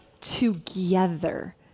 together